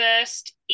first